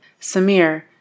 Samir